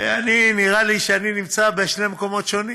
ואני, נראה לי שאני נמצא בשני מקומות שונים.